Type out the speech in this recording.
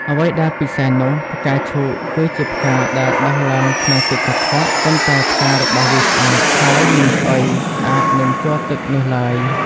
អ្វីដែលពិសេសនោះ ផ្កាឈូកគឺជាផ្កាដែលដុះឡើងក្នុងទឹកកខ្វក់ ប៉ុន្តែផ្ការបស់វាស្អាត ហើយមិនស្អុយស្អាតនឹងជ័រទឹកនោះឡើយ។